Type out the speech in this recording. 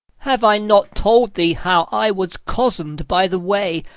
have i not told thee how i was cozened by the way,